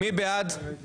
מי בעד?